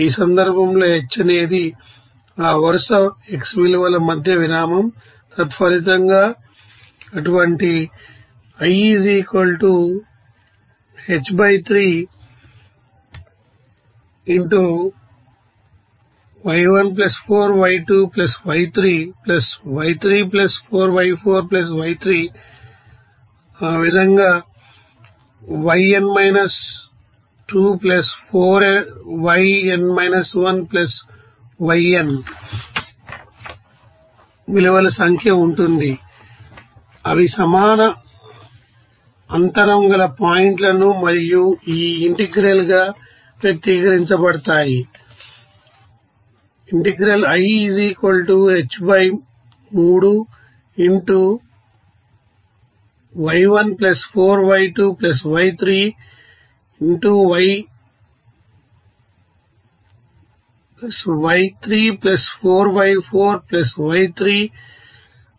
ఈ సందర్భంలో h అనేది ఆ వరుస x విలువల మధ్య విరామం తత్ఫలితంగా అటువంటి విలువల సంఖ్య ఉంటుంది అవి సమాన అంతరం గల పాయింట్లు మరియు ఈ ఇంటెగ్రల్ గా వ్యక్తీకరించబడతాయి